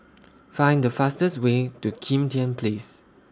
Find The fastest Way to Kim Tian Place